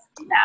now